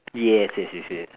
yes yes yes yes